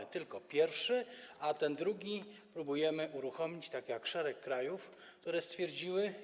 Był tylko pierwszy, a ten drugi próbujemy uruchomić, tak jak szereg krajów, które stwierdziły.